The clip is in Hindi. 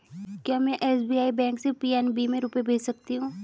क्या में एस.बी.आई बैंक से पी.एन.बी में रुपये भेज सकती हूँ?